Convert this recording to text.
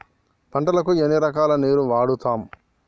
పంటలకు ఎన్ని రకాల నీరు వాడుతం?